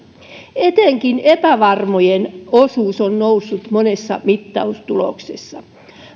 etenkin epävarmojen osuus on noussut monessa mittaustuloksessa